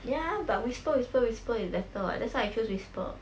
ya but whisper whisper whisper is better [what] that's why I chose whisper